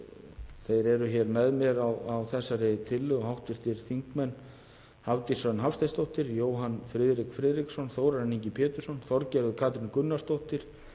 þeir eru með mér á þessari tillögu, hv. þingmenn Hafdís Hrönn Hafsteinsdóttir, Jóhann Friðrik Friðriksson, Þórarinn Ingi Pétursson, Þorgerður Katrín Gunnarsdóttir,